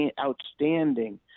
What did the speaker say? outstanding